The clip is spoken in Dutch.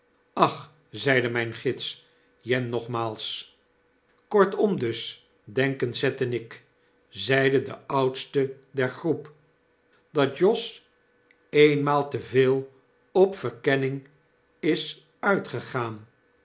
ach zeide mp gids jem nogmaals kortom dus denken seth en ik zeide de oudste der groep dat josh eenmaal te veel op verkenning is uitgegaan